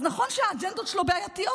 אז נכון שהאג'נדות שלו בעייתיות,